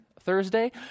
Thursday